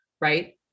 right